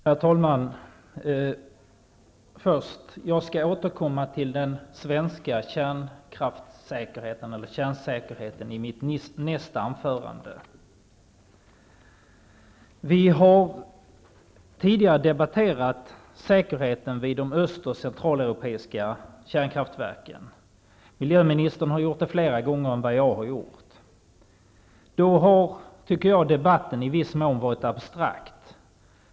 Herr talman! Jag skall återkomma till den svenska kärnsäkerheten i mitt nästa anförande. Vi har tidigare debatterat säkerheten vid de östoch centraleuropeiska kärnkraftverken. Miljöministern har gjort det fler gånger än jag. Då har debatten i viss mån varit abstrakt.